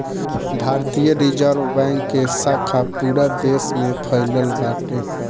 भारतीय reserve bank के शाखा पूरा देस में फइलल बाटे